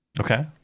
okay